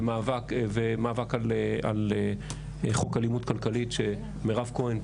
ומאבק על חוק אלימות כלכלית של מירב כהן,